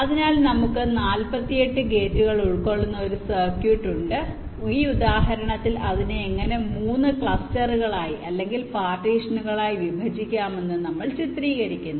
അതിനാൽ നമുക്ക് 48 ഗേറ്റുകൾ ഉൾക്കൊള്ളുന്ന ഒരു സർക്യൂട്ട് ഉണ്ട് ഈ ഉദാഹരണത്തിൽ അതിനെ എങ്ങനെ 3 ക്ലസ്റ്ററുകളായി അല്ലെങ്കിൽ പാർട്ടീഷനുകളായി വിഭജിക്കാമെന്ന് നമ്മൾ ചിത്രീകരിക്കുന്നു